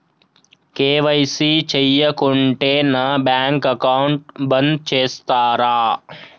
KYC చేయకుంటే నా bank account బంద్ చేస్తరా?